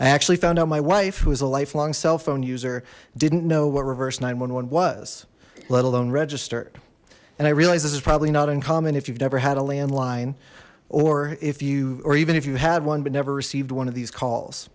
i actually found out my wife who is a lifelong cellphone user didn't know what reverse nine was let alone registered and i realize this is probably not uncommon if you've never had a landline or if you or even if you had one but never received one of these calls